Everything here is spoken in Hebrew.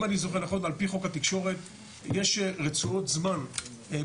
אם אני זוכר נכון על פי חוק התקשורת יש רצועות זמן בחדשות,